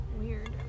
weird